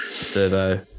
Servo